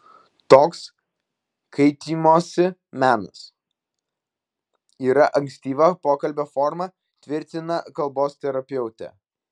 toks kaitymosi menas yra ankstyva pokalbio forma tvirtina kalbos terapeutė